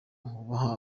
wubaha